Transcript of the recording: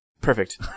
perfect